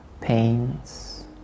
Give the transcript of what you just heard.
pains